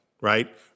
right